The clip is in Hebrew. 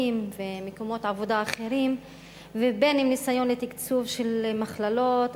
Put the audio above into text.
ומקומות עבודה אחרים ואם בניסיון לתקצוב מכללות,